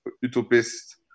utopist